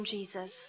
Jesus